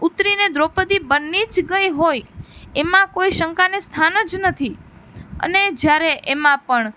ઉતરીને દ્રોપદી બની જ ગઈ હોય એમાં કોઈ શંકાને સ્થાન જ નથી અને જ્યારે એમાં પણ